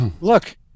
Look